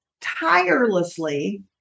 tirelessly